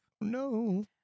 No